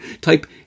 Type